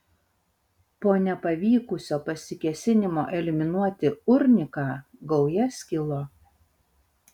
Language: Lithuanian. po nepavykusio pasikėsinimo eliminuoti urniką gauja skilo